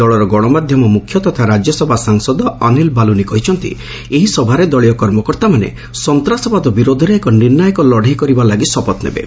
ଦଳର ଗଶମାଧ୍ୟମ ମୁଖ୍ୟ ତଥା ରାଜ୍ୟସଭା ସାଂସଦ ଅନୀଲ୍ ବାଲୁନୀ କହିଛନ୍ତି ଏହି ସଭାରେ ଦଳୀୟ କର୍ମକର୍ତ୍ତାମାନେ ସନ୍ତାସବାଦ ବିରୋଧରେ ଏକ ନିର୍ଷାୟକ ଲଢ଼େଇ କରିବା ଲାଗି ଶପଥ ନେବେ